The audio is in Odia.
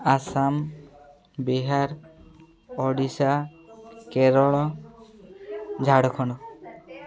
ଆସାମ ବିହାର ଓଡ଼ିଶା କେରଳ ଝାଡ଼ଖଣ୍ଡ